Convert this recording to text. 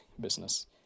business